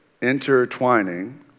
intertwining